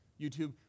YouTube